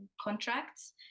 contracts